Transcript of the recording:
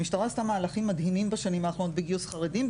המשטרה עשתה מהלכים מדהימים בשנים האחרונות בגיוס חרדים,